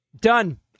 done